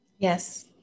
Yes